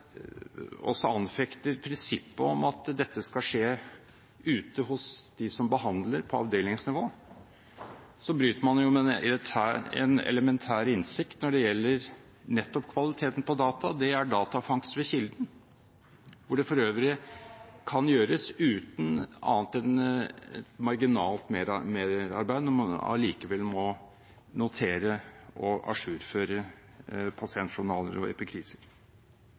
også anfekter prinsippet om at dette skal skje ute hos dem som behandler, på avdelingsnivå, bryter man jo med en elementær innsikt når det gjelder nettopp kvaliteten på data, og det er datafangst ved kilden, hvor det for øvrig kan gjøres uten annet enn et marginalt merarbeid, når man allikevel må notere og ajourføre pasientjournaler og